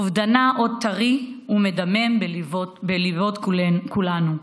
אובדנה עוד טרי ומדמם בליבות כולנו.